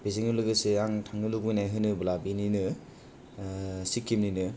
बेजोंनो लोगोसे आं थानो लुबैनाय होनोब्ला बिनिनो सिक्किमनिनो